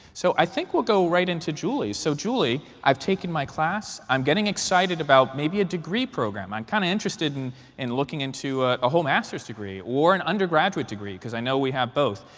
so i think we'll go right into julie. so julie, i've taken my class. i'm getting excited about maybe a degree program. i'm kind of interested in in looking into a whole master's degree or an undergraduate degree, because i know we have both.